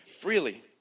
freely